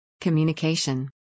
Communication